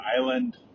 island